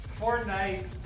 Fortnite